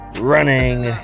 running